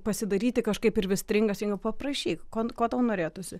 pasidaryti kažkaip ir vis stringa stringa paprašyk ko ko tau norėtųsi